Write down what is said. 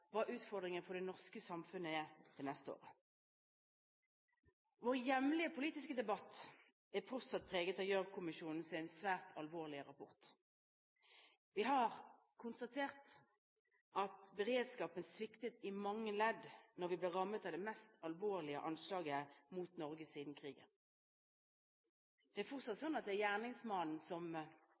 hva utfordringen for det norske samfunnet er til neste år. Vår hjemlige politiske debatt er fortsatt preget av Gjørv-kommisjonens svært alvorlige rapport. Vi har konstatert at beredskapen sviktet i mange ledd da vi ble rammet av det mest alvorlige anslaget mot Norge siden krigen. Det er fortsatt sånn at det er gjerningsmannen som